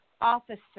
officer